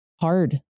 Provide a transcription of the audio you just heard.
hard